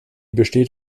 besteht